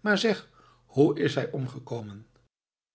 maar zeg hoe is hij omgekomen